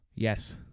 Yes